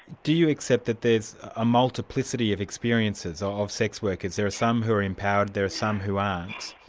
do you accept that there's a multiplicity of experiences of sex workers? there are some who are empowered, there are some who aren't.